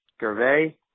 Gervais